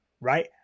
right